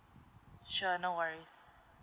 sure no worries